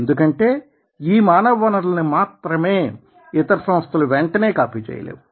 ఎందుకంటే ఈ మానవ వనరులని మాత్రమే ఇతర సంస్థలు వెంటనే కాపీ చేయలేవు